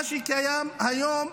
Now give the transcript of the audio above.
מה שקיים היום: